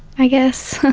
i guess,